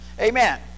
Amen